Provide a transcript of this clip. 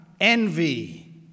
envy